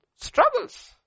Struggles